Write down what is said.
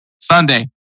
Sunday